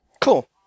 cool